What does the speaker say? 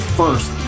first